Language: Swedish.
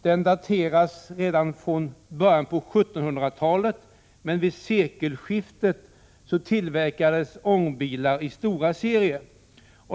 Den kom till redan i början av 1700-talet, och vid sekelskiftet tillverkades ångbilar i stora serier.